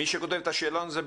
מי כותב את השאלון?